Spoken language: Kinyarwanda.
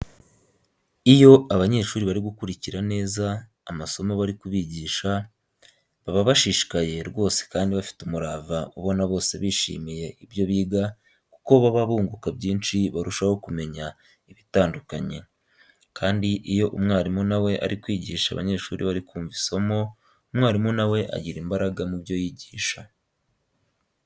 Iyo abanyeshuri bari gukurikira neza amasomo bari kubigisha, baba bashishikaye rwose kandi bafite umurava ubona bose bishimiye ibyo biga kuko baba bunguka byinshi barushaho kumenya ibitandukanye. Kandi iyo umwarimu na we ari kwigisha abanyeshuri bari kumva isomo, umwarimu na we agira imbaraga mu byo yigisha.